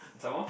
some more